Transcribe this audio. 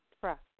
trust